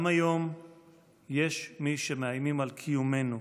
גם היום יש מי שמאיימים על קיומנו,